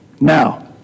now